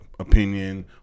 opinion